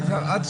כלומר,